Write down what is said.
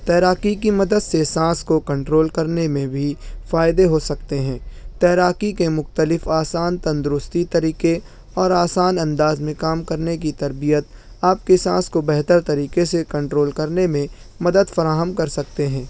تیراکی کی مدد سے سانس کو کنٹرول کرنے میں بھی فائدے ہو سکتے ہیں تیراکی کے مختلف آسان تندرستی طریقے اور آسان انداز میں کام کرنے کی تربیت آپ کے سانس کو بہتر طریقے سے کنٹرول کرنے میں مدد فراہم کر سکتے ہیں